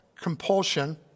compulsion